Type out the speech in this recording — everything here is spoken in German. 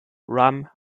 rum